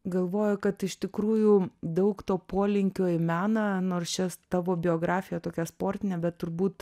galvoju kad iš tikrųjų daug to polinkio į meną nors čia tavo biografija tokia sportinė bet turbūt